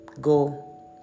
go